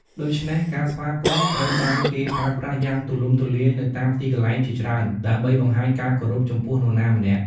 ដូច្នេះ ការស្វាគមន៍ត្រូវបានគេប្រើប្រាស់យ៉ាងទូលំទូលាយនៅតាមទីកន្លែងជាច្រើន ដើម្បីបង្ហាញការគោរពចំពោះនរណាម្នាក់។